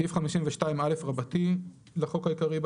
סעיף 52א לחוק העיקרי,